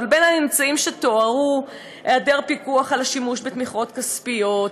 ובין הממצאים שתוארו: היעדר פיקוח על השימוש בתמיכות כספיות,